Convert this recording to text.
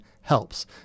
helps